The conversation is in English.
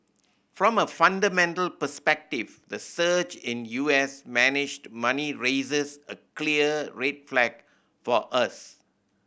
from a fundamental perspective the surge in U S managed money raises a clear red flag for us